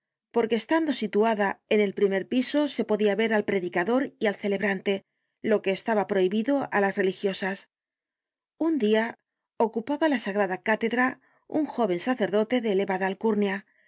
porque estando situada en el primer piso se podia ver al predicador y al celebrante lo que estaba prohibido á las religiosas un dia ocupaba la sagrada cátedra un jóven sacerdote de elevada alcurnia